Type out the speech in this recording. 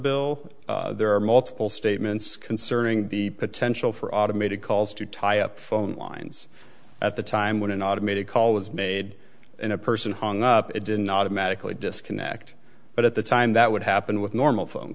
bill there are multiple statements concerning the potential for automated calls to tie up phone lines at the time when an automated call was made and a person hung up it didn't automatically disconnect but at the time that would happen with normal phone